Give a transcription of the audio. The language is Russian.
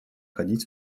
ходить